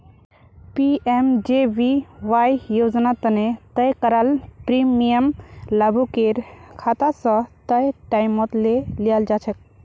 PMJBY योजना तने तय कराल प्रीमियम लाभुकेर खाता स तय टाइमत ले लियाल जाछेक